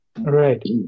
Right